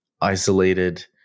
isolated